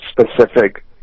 specific